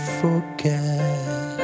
forget